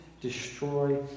destroy